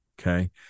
Okay